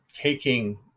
taking